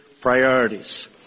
priorities